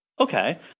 Okay